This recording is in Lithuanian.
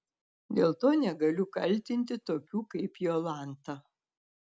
dėl to negaliu kaltinti tokių kaip jolanta